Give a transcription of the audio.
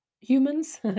humans